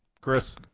Chris